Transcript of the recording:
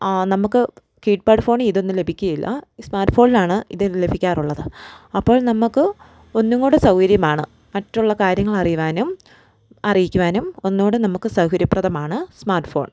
നമുക്ക് കീപാഡ് ഫോണിൽ ഇതൊന്നും ലഭിക്കുകയില്ല സ്മാർട്ട് ഫോണിലാണ് ഇത് ലഭിക്കാറുള്ളത് അപ്പോൾ നമുക്ക് ഒന്നുംകൂടെ സൗകര്യമാണ് മറ്റുള്ള കാര്യങ്ങളറിയുവാനും അറിയിക്കുവാനും ഒന്നും കൂടെ നമുക്ക് സൗകര്യപ്രദമാണ് സ്മാർട്ട് ഫോൺ